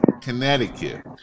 Connecticut